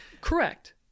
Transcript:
Correct